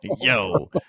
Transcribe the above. yo